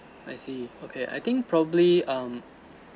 I see okay I think probably um